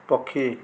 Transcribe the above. ପକ୍ଷୀ